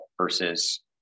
versus